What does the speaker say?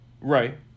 Right